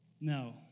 No